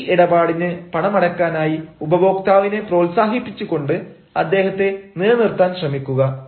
അതായത് ഈ ഇടപാടിന് പണമടയ്ക്കാനായി ഉപഭോക്താവിനെ പ്രോത്സാഹിപ്പിച്ചുകൊണ്ട് അദ്ദേഹത്തെ നിലനിർത്താൻ ശ്രമിക്കുക